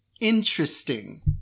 Interesting